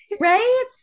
Right